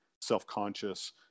self-conscious